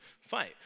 fight